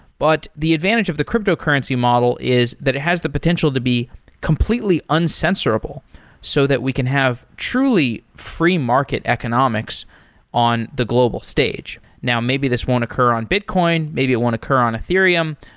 but the advantage of the cryptocurrency model is that is has the potential to be completely uncensorable so that we can have truly free market economics on the global stage. now, maybe this won't occur on bitcoin. maybe it won't occur on ethereum,